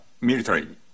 military